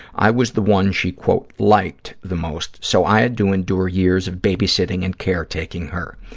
i was the one she, quote, liked the most, so i had to endure years of baby-sitting and caretaking her.